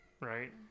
right